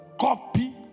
copy